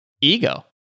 Ego